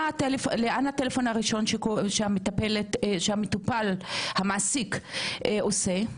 לאן הטלפון הראשון שהמטופל, המעסיק עושה?